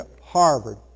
Harvard